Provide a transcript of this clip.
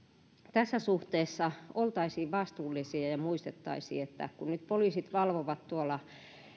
tässä suhteessa oltaisiin vastuullisia ja ja muistettaisiin että kun nyt poliisit valvovat tuolla